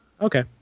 okay